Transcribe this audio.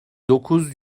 dokuz